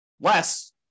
Less